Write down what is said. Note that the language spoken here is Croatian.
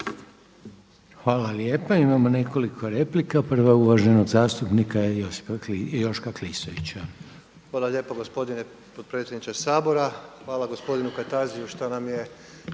Hvala lijepa, imamo nekoliko replika. Prva je uvaženog zastupnika Joška Klisovića. **Klisović, Joško (SDP)** Hvala lijepa gospodine potpredsjedniče Sabora. Hvala gospodinu Kajtaziju što nam je